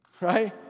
Right